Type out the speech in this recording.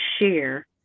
share